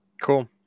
Cool